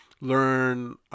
learn